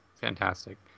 fantastic